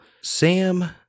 Sam